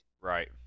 right